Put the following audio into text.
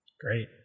Great